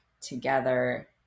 together